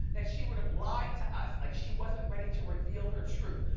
that she would've lied to us, like she wasn't ready to reveal her truth.